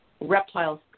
reptiles